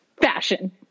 Fashion